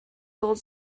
gold